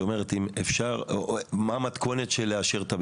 היא מדברת על המתכונת של לאשר את העניין,